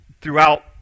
throughout